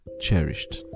cherished